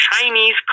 Chinese